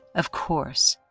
of course,